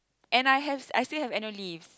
and I has and I still have annual leave